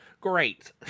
Great